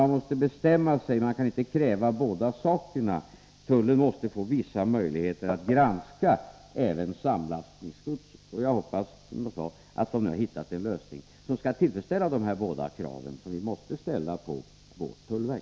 Man måste bestämma sig, man kan inte kräva båda sakerna. Tullen måste få vissa möjligheter att granska även samlastningsgodset. Och jag hoppas, som jag sade, att generaltullstyrelsen nu har hittat en lösning som tillfredsställer de här båda kraven, som vi måste ställa på vårt tullverk.